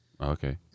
Okay